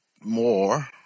more